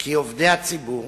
כי עובדי הציבור